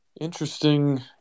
interesting